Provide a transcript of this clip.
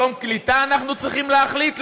על יום קליטה אנחנו צריכים להחליט?